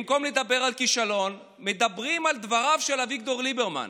במקום לדבר על כישלון מדברים על דבריו של אביגדור ליברמן.